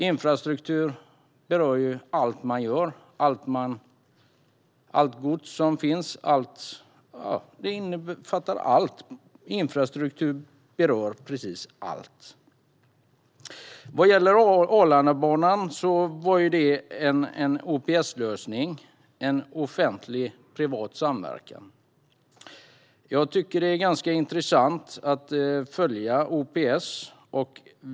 Infrastruktur berör allt man gör, allt gods som finns - infrastruktur berör precis allt. Arlandabanan var en OPS-lösning, det vill säga en offentlig-privat samverkan. Jag tycker att det är ganska intressant att följa OPS.